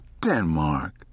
Denmark